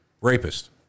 rapist